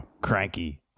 cranky